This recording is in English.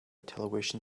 television